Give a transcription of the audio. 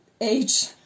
age